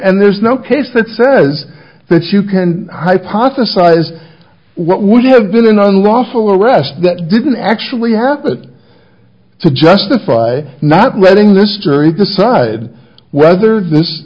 and there's no case that says that you can hypothesize what would have been an unlawful arrest that didn't actually happen to justify not letting this jury decide whether this